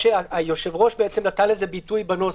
והיושב-ראש גם נתן לזה ביטוי בנוסח.